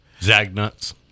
Zagnuts